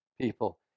people